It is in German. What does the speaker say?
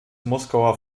moskauer